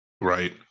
right